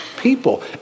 people